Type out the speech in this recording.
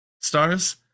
stars